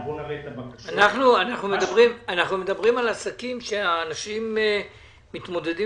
אנחנו מדברים על עסקים שהאנשים מתמודדים